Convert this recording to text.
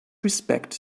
respect